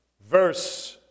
verse